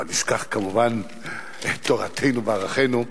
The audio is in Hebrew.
ובל נשכח כמובן את תורתנו וערכינו,